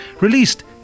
released